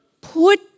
put